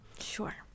Sure